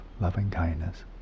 loving-kindness